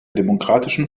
demokratischen